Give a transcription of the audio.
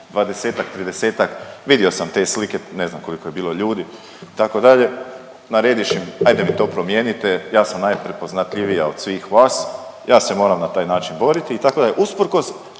dvadesetak, tridesetak, vidio sam te slike, ne znam koliko je bilo ljudi, itd., narediš im, ajde mi to promijenite, ja sam najprepoznatljivija od svih vas, ja se moram na taj način boriti, itd.,